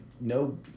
no